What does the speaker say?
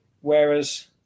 Whereas